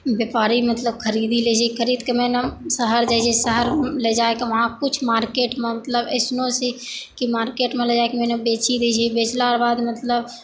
व्यापारी मतलब खरीदी लै छैऽ खरीक कऽ लेने शहर जाइ छै शहरमे ले जाइ के वहाँ किछु मार्केटमे मतलब ऐसनो छै कि मार्केट मे ले जाय के माने बेची दै छै बेचलाक बाद मतलब